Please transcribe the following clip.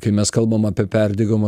kai mes kalbam apie perdegimo